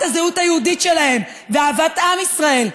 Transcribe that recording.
הזהות היהודית שלהם ואהבת עם ישראל,